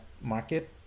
market